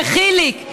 וחיליק,